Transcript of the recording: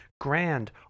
grand